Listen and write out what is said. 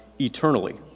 eternally